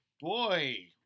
Boy